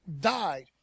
died